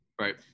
right